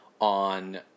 on